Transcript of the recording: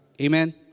Amen